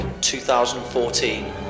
2014